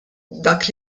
dak